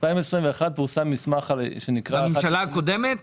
בממשלה הקודמת?